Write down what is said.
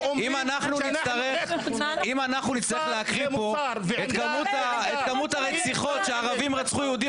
אם אנחנו נצטרך להקריא פה את כמות הרציחות שערבים רצחו יהודים,